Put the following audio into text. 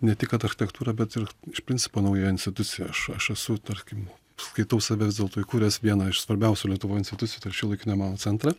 ne tik kad architektūra bet ir iš principo nauja institucija aš aš esu tarkim skaitau save vis dėlto įkūręs vieną iš svarbiausių lietuvoj institucijų tai yra šiuolaikinio meno centrą